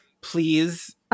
please